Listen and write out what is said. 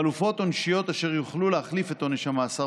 חלופות עונשיות אשר יוכלו להחליף את עונש המאסר,